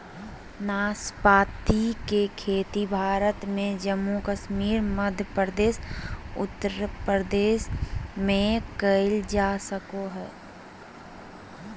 नाशपाती के खेती भारत में जम्मू कश्मीर, मध्य प्रदेश, उत्तर प्रदेश में कइल जा सको हइ